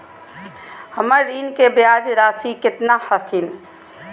हमर ऋण के ब्याज रासी केतना हखिन?